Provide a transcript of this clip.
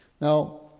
Now